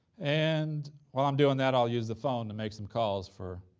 and while i'm doing that i'll use the phone to make some calls for